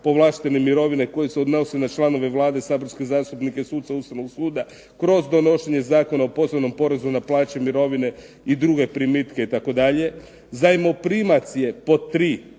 povlaštene mirovine koje se odnose na članove Vlade, saborske zastupnike i suce Ustavnog suda kroz donošenje Zakona o posebnom porezu na plaće, mirovine i druge primitke itd. Zajmoprimac je pod tri